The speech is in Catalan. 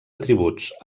atributs